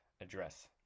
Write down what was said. address